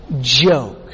joke